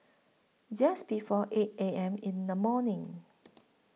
Just before eight A M in The morning